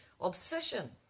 obsession